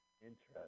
Interesting